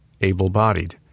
able-bodied